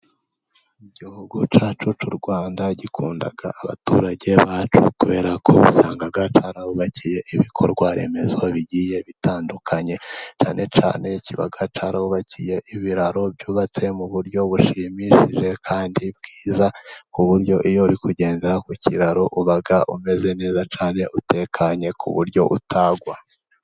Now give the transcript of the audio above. Igihugu cyacu cy'U rwanda gikunda abaturage bacyo, kubera ko usanga cyarabubakiye ibikorwa remezo bigiye bitandukanye, cyane cyane kiba cyarabubakiye ibiraro, byubatse mu buryo bushimishije, kandi bwiza ku buryo iyo uri kugendera ku kiraro, uba umeze neza cyane utekanye ku buryo utagwa.